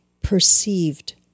perceived